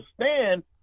understand